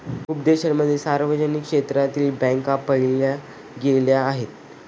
खूप देशांमध्ये सार्वजनिक क्षेत्रातील बँका पाहिल्या गेल्या आहेत